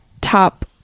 top